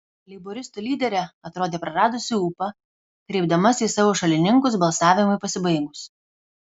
leiboristų lyderė atrodė praradusį ūpą kreipdamasi į savo šalininkus balsavimui pasibaigus